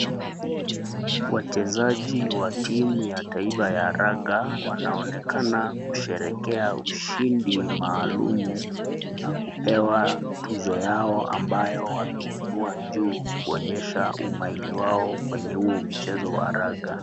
Wachezaji wa timu ya taifa ya Raga ,wanaoekana kusherekea ushindi maalumu na kupewa tuzo, yao ambayo wameinua juu kuonyesha umaili wao kwenye huo mchezo wa raga.